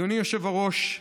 אדוני היושב-ראש,